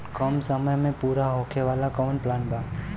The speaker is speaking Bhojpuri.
कम समय में पूरा होखे वाला कवन प्लान बा?